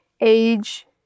age